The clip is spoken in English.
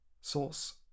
Source